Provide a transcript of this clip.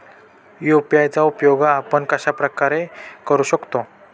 UPI चा उपयोग आपण कशाप्रकारे करु शकतो?